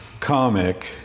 comic